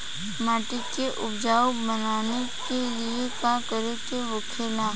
मिट्टी के उपजाऊ बनाने के लिए का करके होखेला?